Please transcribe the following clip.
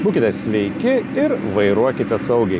būkite sveiki ir vairuokite saugiai